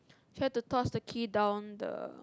try to toss the key down the